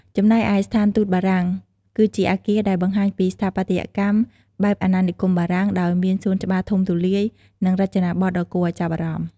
ចំណែកឯស្ថានទូតបារាំង គឺជាអគារដែលបង្ហាញពីស្ថាបត្យកម្មបែបអាណានិគមបារាំង ដោយមានសួនច្បារធំទូលាយ និងរចនាបថដ៏គួរឱ្យចាប់អារម្មណ៍។